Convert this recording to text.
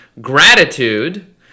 gratitude